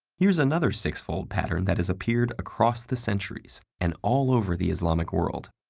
here's another sixfold pattern that has appeared across the centuries and all over the islamic world,